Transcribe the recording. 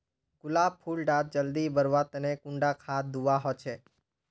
गुलाब फुल डा जल्दी बढ़वा तने कुंडा खाद दूवा होछै?